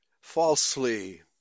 falsely